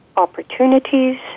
Opportunities